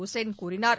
உசேன் கூறினார்